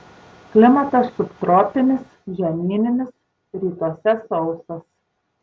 klimatas subtropinis žemyninis rytuose sausas